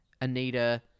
Anita